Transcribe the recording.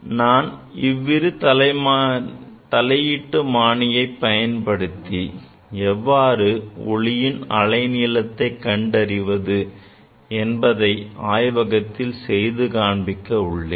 நான் இவ்விரு தலையீட்டுமானியை பயன்படுத்தி எவ்வாறு ஒளியின் அலை நீளத்தை கண்டறிவது என்பதை ஆய்வகத்தில் செய்து காண்பிக்க போகிறேன்